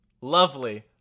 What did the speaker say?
lovely